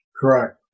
Correct